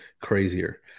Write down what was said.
crazier